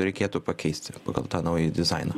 reikėtų pakeisti pagal naują dizainą